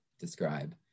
describe